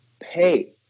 pay